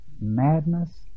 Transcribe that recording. madness